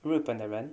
日的人